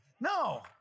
No